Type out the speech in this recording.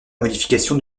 modification